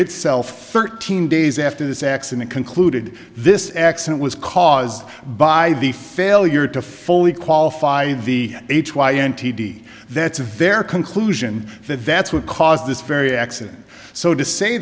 itself thirteen days after this accident concluded this accident was caused by the failure to fully qualified v h y n t d that's a very conclusion that that's what caused this very accident so to say